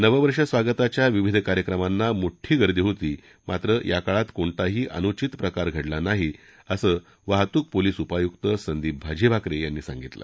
नवं वर्ष स्वागताच्या विविध कार्यक्रमांना मोठी गर्दी असली तरी या काळात कोणताही अनुचित प्रकार घडला नाही असं वाहतूक पोलिस उपायुक्त संदीप भाजीभाकरे यांनी सांगितलं